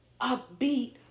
upbeat